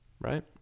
right